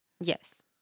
Yes